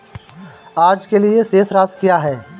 आज के लिए शेष राशि क्या है?